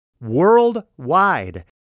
worldwide